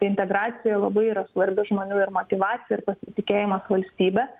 integracija labai yra svarbi žmonių ir motyvacija ir pasitikėjimas valstybe